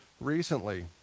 recently